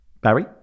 Barry